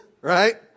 Right